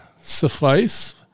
suffice